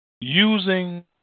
using